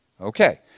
Okay